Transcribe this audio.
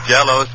Jello